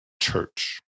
church